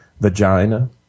vagina